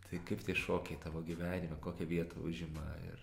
tai kaip tie šokiai tavo gyvenime kokią vietą užima ir